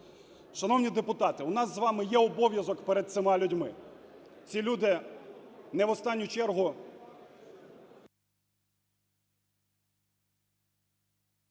Шановні депутати, у нас з вами є обов'язок перед цими людьми. ці люди не в останню чергу...